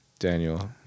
Daniel